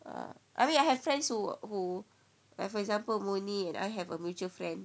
uh I mean I have friends who who like for example murni and I have a mutual friend